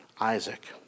Isaac